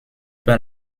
par